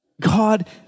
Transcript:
God